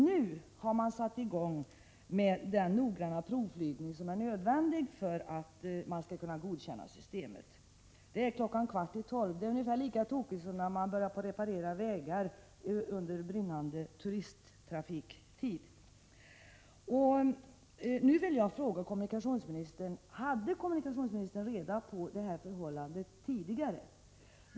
Nu har man satt i gång med den noggranna provflygning som är nödvändig för att systemet skall kunna godkännas. Det är klockan kvart i 12, och det är ungefär lika tokigt som när man börjar reparera vägar under brinnande turistsäsong. Jag vill fråga kommunikationsministern: Hade kommunikationsministern reda på det här tidigare?